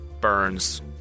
burns